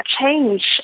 change